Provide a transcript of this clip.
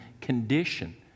condition